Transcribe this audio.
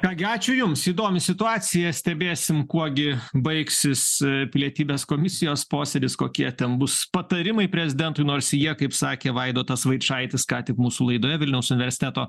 ką gi ačiū jums įdomi situacija stebėsim kuo gi baigsis pilietybės komisijos posėdis kokie ten bus patarimai prezidentui nors jie kaip sakė vaidotas vaičaitis ką tik mūsų laidoje vilniaus universiteto